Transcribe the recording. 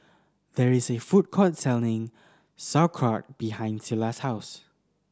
there is a food court selling Sauerkraut behind Sila's house